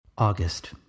August